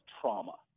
trauma